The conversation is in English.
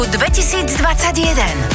2021